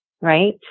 right